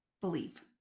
believe